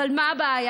אבל מה הבעיה?